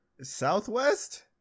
southwest